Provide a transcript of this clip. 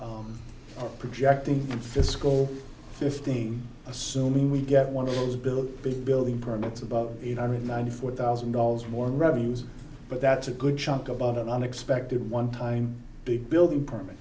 are projecting fiscal fifteen assuming we get one of those built building permits above eight hundred ninety four thousand dollars more revenues but that's a good chunk about an unexpected one time big building permit